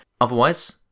Otherwise